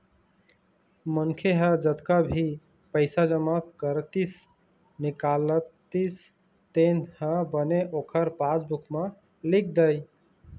मनखे ह जतका भी पइसा जमा करतिस, निकालतिस तेन ह बने ओखर पासबूक म लिख दय